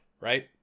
Right